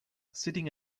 sitting